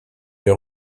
des